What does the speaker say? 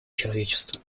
человечества